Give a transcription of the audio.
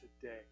today